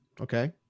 Okay